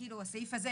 הסעיף הזה,